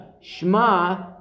Shema